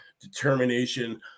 determination